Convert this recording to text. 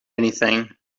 anything